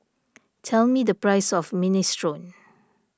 tell me the price of Minestrone